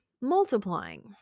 multiplying